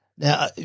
Now